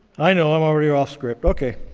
i know. i'm already off script. ok.